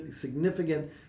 significant